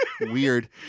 weird